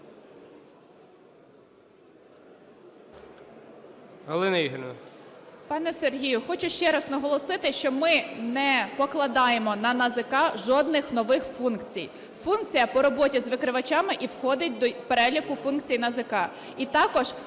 Пане Сергію, хочу ще раз наголосити, що ми не покладаємо на НАЗК жодних нових функцій. Функція по роботі з викривачами і входить до переліку функцій НАЗК.